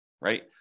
right